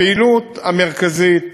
הפעילות המרכזית